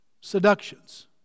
seductions